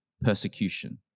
persecution